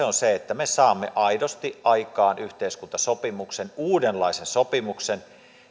on puhuttu se että me saamme aidosti aikaan yhteiskuntasopimuksen uudenlaisen sopimuksen